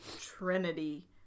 trinity